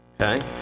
Okay